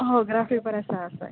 हय graph paper आसाय